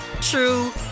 true